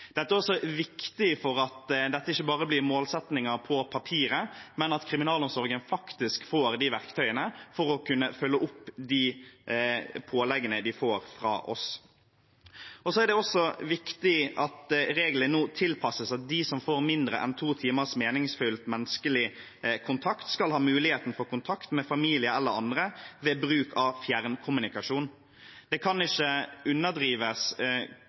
Dette er også viktig for at det ikke bare blir målsettinger på papiret, men at kriminalomsorgen faktisk får de verktøyene for å kunne følge opp påleggene de får fra oss. Det er også viktig at reglene nå tilpasses slik at de som får mindre enn to timers meningsfylt menneskelig kontakt, skal ha mulighet for kontakt med familie eller andre ved bruk av fjernkommunikasjon. Det kan ikke underdrives